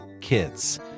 kids